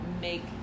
make